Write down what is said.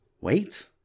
Wait